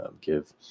give